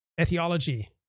etiology